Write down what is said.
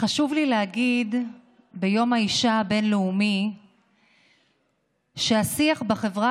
חשוב לי להגיד ביום האישה הבין-לאומי שהשיח בחברה